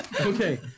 Okay